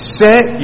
set